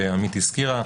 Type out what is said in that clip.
שעמית הזכירה,